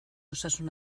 osasun